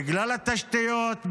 בגלל התשתיות,